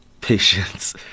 patience